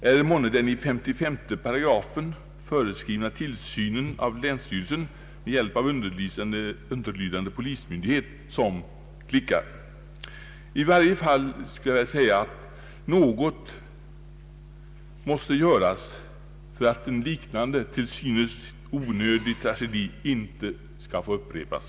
Är det månne den i 55 § föreskrivna tillsynen av länsstyrelsen med hjälp av underlydande polismyndigheter som klickar? I varje fall måste något göras för att denna till synes onödiga tragedi inte skall få upprepas.